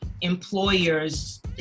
employers